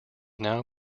now